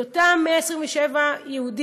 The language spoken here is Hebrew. את אותם 197 יהודים,